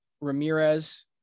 Ramirez